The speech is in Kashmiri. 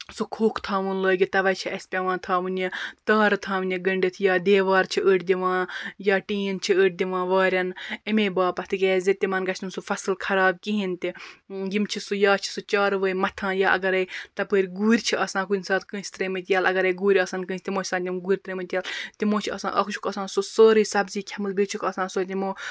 سُہ کھوٚکھ تھاوُن لٲگِتھ تَوَے چھِ اَسہِ پیٚوان تھاوُن یہِ تارٕ تھاونہِ گٔنڈِتھ یا دیٚوار چھِ أڑۍ گَنٛڈان یا ٹیٖن چھِ أڑۍ دِوان وارٮ۪ن ییٚمے باپَت کیازِ تِمَن گَژھِ نہٕ سُہ فَصل خَراب کِہیٖنۍ تہِ یِم چھِ سُہ یا چھِ سُہ چاروٲے مَتھا یا اَگَر تَپٲرۍ گُرۍ چھِ آسان کُنہِ ساتہٕ کٲنٛسہِ ترٲومٕتۍ یَلہٕ اَگَراے گُرۍ آسَن کٲنٛسہِ تِمو چھِ آسان تِم گُرۍ ترٲومٕتۍ یَلہٕ تِمو چھِ آسان اکھ چھُکھ آسان سُہ سٲری سَبزی کھیٚمٕژ بیٚیہِ چھُکھ آسان سۄ یِمو